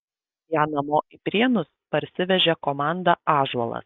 ją namo į prienus parsivežė komanda ąžuolas